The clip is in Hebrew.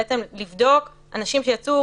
בעצם לבדוק אנשים שיצאו